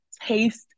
taste